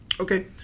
Okay